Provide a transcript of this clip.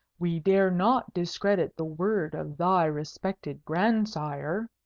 we dare not discredit the word of thy respected grandsire.